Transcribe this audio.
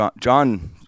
John